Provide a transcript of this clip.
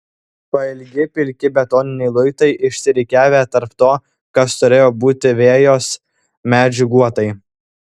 pailgi pilki betoniniai luitai išsirikiavę tarp to kas turėjo būti vejos medžių guotai